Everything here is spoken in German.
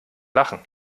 lachen